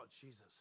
Jesus